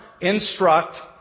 instruct